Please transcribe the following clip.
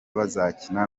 bazakina